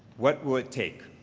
what would it take?